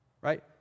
right